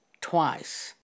twice